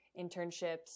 internships